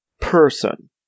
person